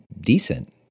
decent